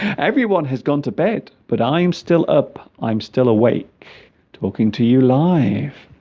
everyone has gone to bed but i'm still up i'm still awake talking to you live